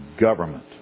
government